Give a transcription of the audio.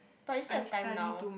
but you still have time now